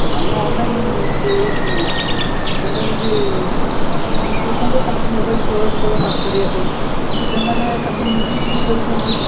ଆମେ ଅନ୍ଲାଇନ୍ ଏଇ ସେଣ୍ଟର୍ରେ କି ସିଚୁଏସନ୍ରେ ତାଙ୍କୁ ମୋବାଇଲ୍ ପ୍ରୋଭାଇଡ଼୍ କଲା ପାଠ ପଢ଼ିବା ପାଇଁ କିନ୍ତୁ ସେମାନେ ତାଙ୍କୁ ମିସ୍ୟୁଜ୍ ବି କରୁଛନ୍ତି